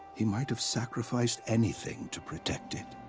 he might have sacrificed anything to protect it.